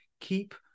keep